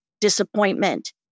disappointment